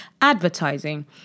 advertising